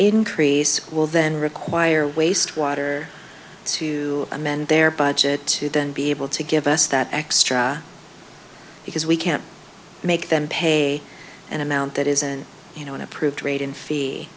increase will then require wastewater to amend their budget to then be able to give us that extra because we can't make them pay an amount that isn't you know an approved r